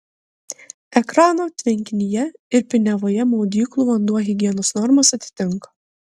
ekrano tvenkinyje ir piniavoje maudyklų vanduo higienos normas atitinka